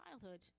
childhood